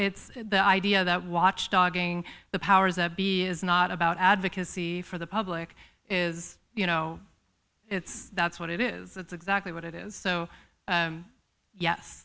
it's the idea that watchdog ing the powers that be is not about advocacy for the public is you know it's that's what it is that's exactly what it is so